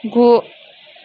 गु